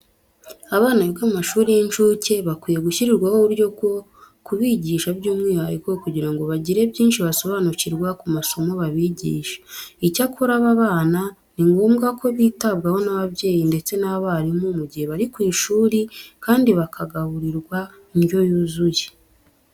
Abana biga mu mashuri y'incuke bakwiye gushyirirwaho uburyo bwo kubigisha by'umwihariko kugira ngo bagire byinshi basobanukirwa ku masomo babigisha. Icyakora aba bana ni ngombwa ko bitabwaho n'ababyeyi ndetse n'abarimu mu gihe bari ku ishuri kandi bakagaburirwa indyo yuzuye.